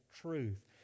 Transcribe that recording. truth